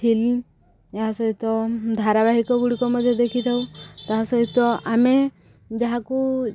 film ଏହା ସହିତ ଧାରାବାହିକ ଗୁଡ଼ିକ ମଧ୍ୟ ଦେଖିଥାଉ ତା' ସହିତ ଆମେ ଯାହାକୁ